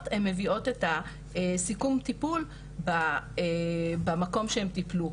הן מביאות את הסיכום טיפול במקום שהן טיפלו,